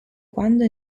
quando